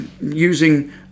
using